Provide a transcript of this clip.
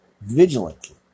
vigilantly